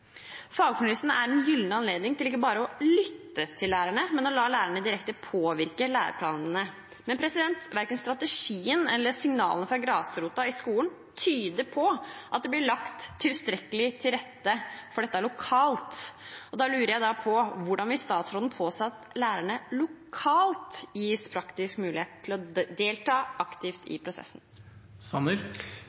er en gyllen anledning til ikke bare å lytte til lærerne, men å la lærerne direkte påvirke læreplanene. Men verken strategien eller signalene fra grasrota i skolen tyder på at det blir lagt tilstrekkelig til rette for dette lokalt. Da lurer jeg på: Hvordan vil statsråden påse at lærerne lokalt gis praktisk mulighet til å delta aktivt i